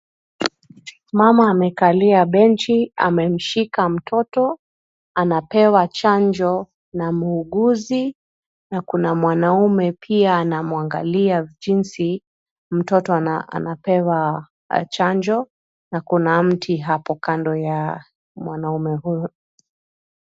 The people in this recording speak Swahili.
Mama amekalia benchi, amemshika mtoto anapewa chanjo na muuguzi. Na kuna mwanaume pia anamwangalia jinsi mtoto anapewa chanjo. Na kuna mti hapo kando ya mwanaume huo.